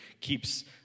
keeps